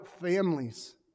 families